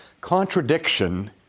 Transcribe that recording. contradiction